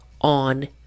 on